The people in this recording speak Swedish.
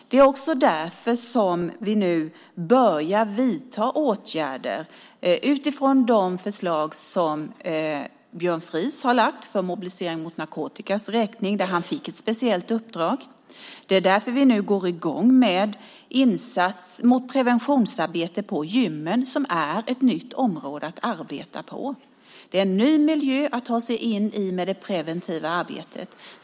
Det är också därför som vi nu börjar vidta åtgärder utifrån de förslag som Björn Fries har lagt fram för Mobilisering mot narkotikas räkning, där han fick ett speciellt uppdrag. Det är därför vi nu går i gång med preventionsarbete på gymmen, som är ett nytt område att arbeta på. Det är en ny miljö att ta sig in i med det preventiva arbetet.